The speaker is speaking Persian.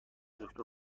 دکتر